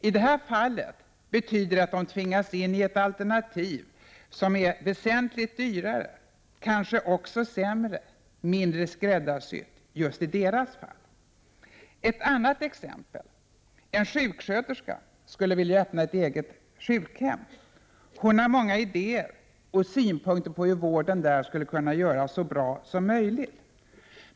I det här fallet betyder det att de tvingas in i ett alternativ som är väsentligt dyrare och kanske också sämre, mindre skräddarsytt just i deras fall. Ett annat exempel: En sjuksköterska skulle vilja öppna ett eget sjukhem. Hon har många idéer och synpunkter på hur vården där skulle kunna göras så bra som möjligt.